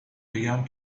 بگم